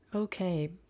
Okay